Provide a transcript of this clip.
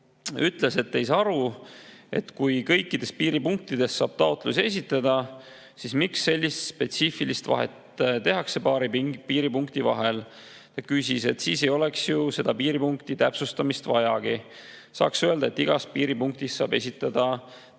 ütles, et ta ei saa aru. Kui kõikides piiripunktides saab taotluse esitada, siis miks sellist spetsiifilist vahet tehakse paari piiripunkti vahel? Vahest ei oleks piiripunkti täpsustamist vajagi, saaks öelda, et igas piiripunktis saab esitada taotlusi.